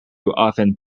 often